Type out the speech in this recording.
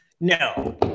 No